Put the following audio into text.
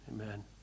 Amen